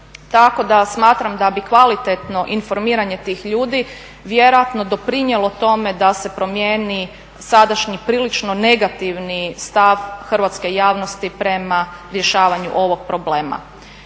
tako da smatram da bi kvalitetno informiranje tih ljudi vjerojatno doprinijelo tome da se promijeni sadašnji prilično negativni stav hrvatske javnosti prema rješavanju ovog problema.